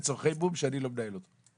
זה לצורכי מו"מ שאני לא מנהל אותו.